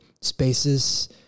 spaces